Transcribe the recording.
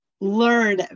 learn